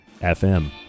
FM